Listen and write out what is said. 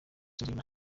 inyuma